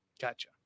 Gotcha